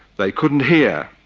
they couldn't hear,